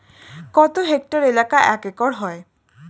কত হেক্টর এলাকা এক একর হয়?